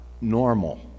normal